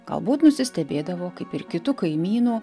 galbūt nusistebėdavo kaip ir kitu kaimynu